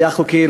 היה חוקי,